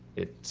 it